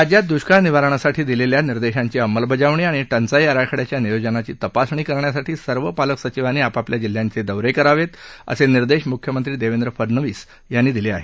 राज्यात दुष्काळ निवारणासाठी दिलेल्या निर्देशांची अंमलबजावणी आणि टंचाई आराखड्याच्या नियोजनाची तपासणी करण्यासाठी सर्व पालक सचिवांनी आपापल्या जिल्ह्यांचे दौरे करावेत असे निर्देश मुख्यमंत्री देवेंद्र फडनवीस यांनी दिले आहेत